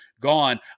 gone